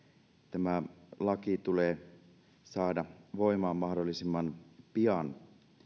tämä laki tulee saada voimaan mahdollisimman pian